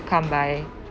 come by